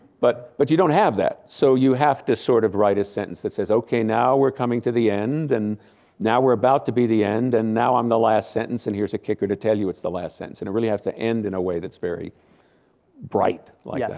but but you don't have that, so you have to sort of write a sentence that says okay now we're coming to the end and now we're about to be the end and now i'm the last sentence and here's a kicker to tell you it's the last sentence and it really has to end in a way that's very bright like that.